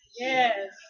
Yes